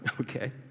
okay